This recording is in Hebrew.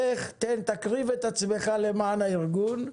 לך, תקריב את עצמך למען הארגון.